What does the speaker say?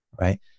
right